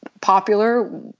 popular